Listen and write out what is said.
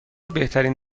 بهترین